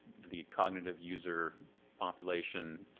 the cognitive user population.